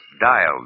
dialed